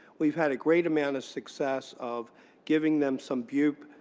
we've had a great amount of success of giving them some bupe,